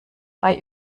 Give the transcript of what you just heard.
bei